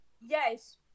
Yes